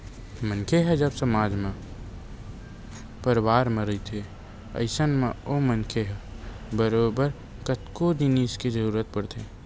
मनखे ह जब समाज म परवार म रहिथे अइसन म ओ मनखे ल बरोबर कतको जिनिस के जरुरत पड़थे